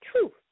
truth